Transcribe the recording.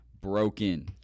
broken